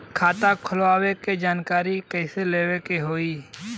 खाता खोलवावे के जानकारी कैसे लेवे के होई?